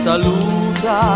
Saluta